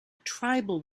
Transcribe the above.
tribal